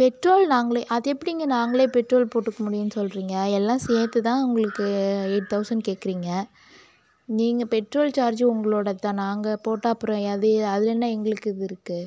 petrol நாங்களே அது எப்படிங்க நாங்களே பெட்ரோல் போட்டுக்க முடியும் சொல்றீங்க எல்லாம் சேர்த்துதான் உங்களுக்கு எயிட் தௌசண்ட் கேட்குறீங்க நீங்கள் பெட்ரோல் சார்ஜ் உங்களோடு தான் நாங்கள் போட்டால் அப்றம் அது அதில் என்ன எங்களுக்கு இது இருக்குது